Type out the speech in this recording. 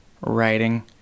writing